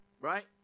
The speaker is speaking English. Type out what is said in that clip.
Right